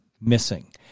missing